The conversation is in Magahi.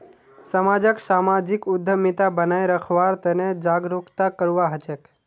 समाजक सामाजिक उद्यमिता बनाए रखवार तने जागरूकता करवा हछेक